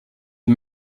des